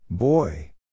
Boy